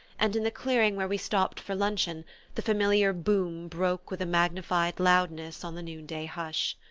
and in the clearing where we stopped for luncheon the familiar boom broke with a magnified loudness on the noonday hush.